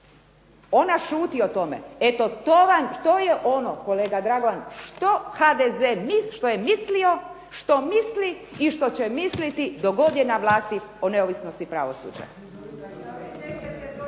Ona šuti o tome. Eto to je ono kolega Dragovan što HDZ je mislio, što misli i što će misliti dok god je na vlasti o neovisnosti pravosuđa.